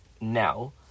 now